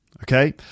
Okay